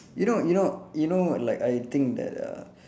you know you know you know like I think that uh